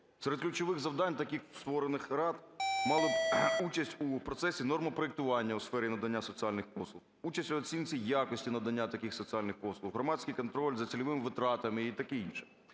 Серед ключових завдань таких створених рад мали б участь у процесі нормопроектування у сфері надання соціальних послуг, участь в оцінці якості надання таких соціальних послуг, громадський контроль за цільовими витратами і таке інше.